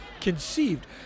conceived